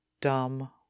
dumb